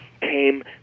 came